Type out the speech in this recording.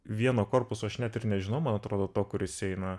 vieno korpuso aš net ir nežinau man atrodo to kuris eina